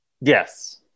Yes